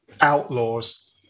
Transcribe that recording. outlaws